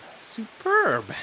Superb